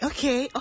Okay